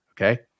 okay